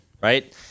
right